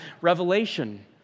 Revelation